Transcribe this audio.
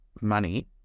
money